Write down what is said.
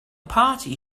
party